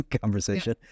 conversation